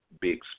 big